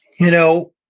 you know,